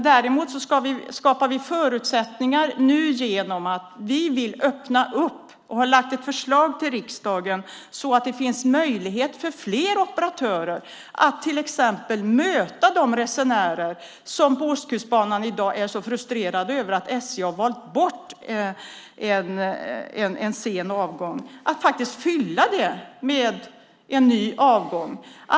Däremot skapar vi förutsättningar genom att vi har lagt fram ett förslag till riksdagen om att öppna upp så att det finns möjlighet för fler operatörer att till exempel möta de resenärer som på Ostkustbanan i dag är så frustrerade över att SJ har valt bort en sen avgång, och faktiskt fylla på med en ny avgång.